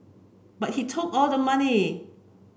but he took all the money